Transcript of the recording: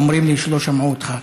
אומרים לי שלא שמעו אותך,